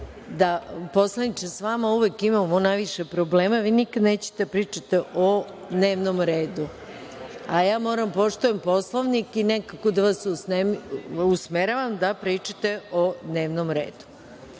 Poslaniče, s vama uvek imamo najviše problema, vi nikada nećete da pričate o dnevnom redu, a ja moram da poštujem Poslovnik i nekako da vas usmeravam da pričate o dnevnom redu.